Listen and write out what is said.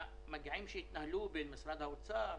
הדיונים שהתנהלו בין משרד האוצר,